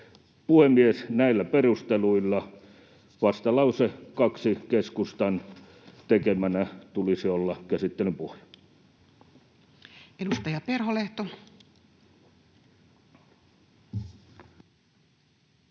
Puhemies! Näillä perusteluilla vastalauseen 2 keskustan tekemänä tulisi olla käsittelyn pohjana.